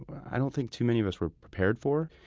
i don't think too many of us were prepared for.